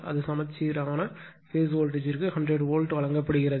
அது சமசீரான phase voltage ற்கு 100 வோல்ட் வழங்கப்படுகிறது